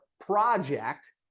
project